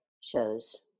shows